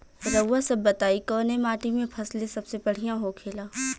रउआ सभ बताई कवने माटी में फसले सबसे बढ़ियां होखेला?